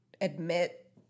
admit